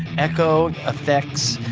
echo effects?